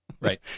Right